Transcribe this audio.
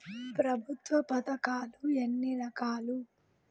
ప్రభుత్వ పథకాలు ఎన్ని రకాలు?